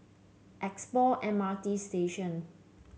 Expo M R T Station